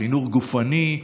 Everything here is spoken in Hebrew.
חינוך גופני,